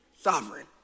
sovereign